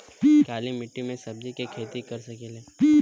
काली मिट्टी में सब्जी के खेती कर सकिले?